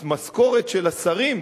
אז משכורות של השרים,